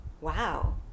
Wow